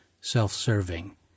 self-serving